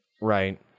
right